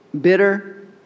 Bitter